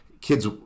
kids